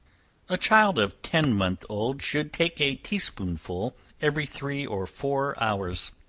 a child of ten months old should take a tea-spoonful every three or four hours.